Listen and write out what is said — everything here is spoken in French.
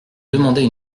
demander